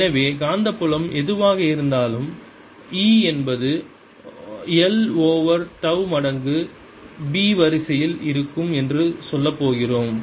எனவே காந்தப்புலம் எதுவாக இருந்தாலும் E என்பது l ஓவர் தவ் மடங்கு p வரிசையில் இருக்கும் என்று சொல்லப் போகிறோம்